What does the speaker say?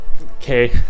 okay